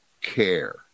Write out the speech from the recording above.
care